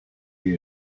hear